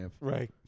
Right